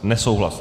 Nesouhlas.